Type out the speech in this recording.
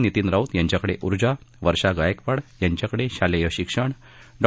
नितीन राऊत यांच्याकडे उर्जा वर्षा गायकवाड यांच्याकडे शालेय शिक्षण डॉ